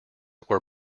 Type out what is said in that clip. were